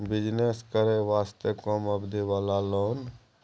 Business करे वास्ते कम अवधि वाला लोन?